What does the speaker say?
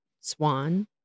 Swan